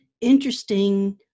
interesting